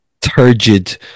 turgid